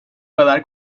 kadar